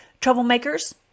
troublemakers